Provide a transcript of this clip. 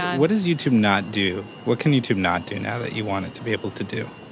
what does youtube not do? what can youtube not do now that you want it to be able to do?